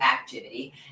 activity